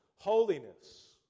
holiness